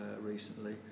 recently